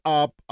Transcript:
up